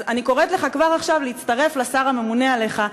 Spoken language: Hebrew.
אני קוראת לך כבר עכשיו להצטרף לשר הממונה עליך,